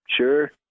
Sure